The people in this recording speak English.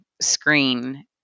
screen